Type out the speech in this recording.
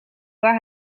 waar